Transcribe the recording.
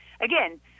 Again